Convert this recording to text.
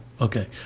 Okay